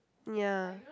ya